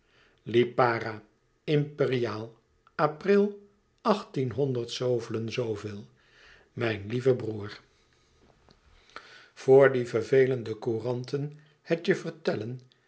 ipara mperiaal pril achttienhonderd zooveel mijn lieve broêr voor die vervelende couranten het je vertellen